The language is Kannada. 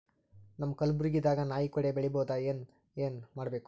ನಮ್ಮ ಕಲಬುರ್ಗಿ ದಾಗ ನಾಯಿ ಕೊಡೆ ಬೆಳಿ ಬಹುದಾ, ಏನ ಏನ್ ಮಾಡಬೇಕು?